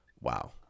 Wow